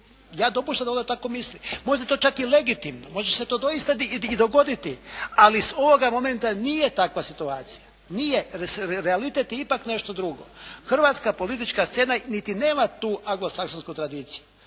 Ja dopuštam da ona tako misli. Možda je to čak i legitimno. Može se to doista i dogoditi, ali ovoga momenta nije takva situacija, realitet je ipak nešto drugo. Hrvatska politička scena niti nema tu aglosaksonsku tradiciju.